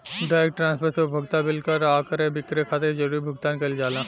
direct transfer से उपभोक्ता bill कर आ क्रय विक्रय खातिर जरूरी भुगतान कईल जाला